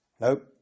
Nope